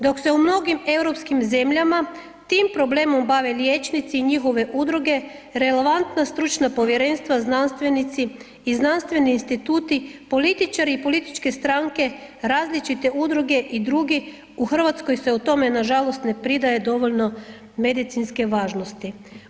Dok se u mnogim europskim zemljama tim problemom bave liječnici i njihove udruge, relevantna stručna povjerenstva, znanstvenici i znanstveni instituti, političari i političke stranke, različite udruge i drugi, u Hrvatskoj se tome nažalost ne pridaje dovoljno medicinske važnosti.